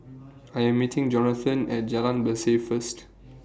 I Am meeting Johnathon At Jalan Berseh First